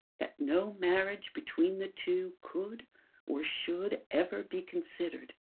that no marriage between the two could or should ever be considered?